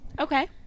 Okay